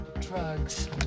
drugs